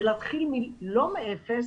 זה להתחיל לא מאפס,